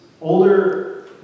older